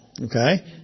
Okay